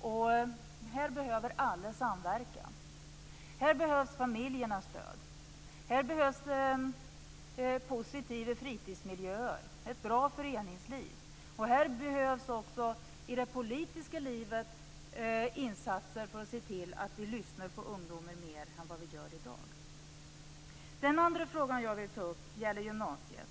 Och i detta sammanhang behöver alla samverka. Här behövs familjernas stöd. Här behövs positiva fritidsmiljöer och ett bra föreningsliv. Och här behövs också i det politiska livet insatser för att se till att vi lyssnar mer på ungdomar än vi gör i dag. Den andra frågan som jag vill ta upp gäller gymnasiet.